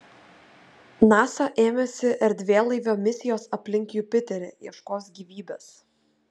nasa ėmėsi erdvėlaivio misijos aplink jupiterį ieškos gyvybės